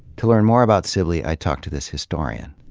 to learn more about sibley, i ta lked to this historian.